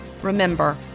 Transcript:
Remember